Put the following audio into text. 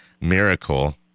miracle